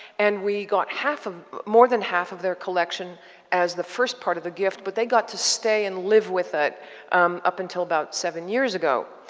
and we got half of more than half of their collection as the first part of the gift. but they got to stay and live with it up until about seven years ago.